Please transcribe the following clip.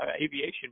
aviation